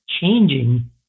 changing